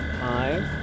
five